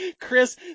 Chris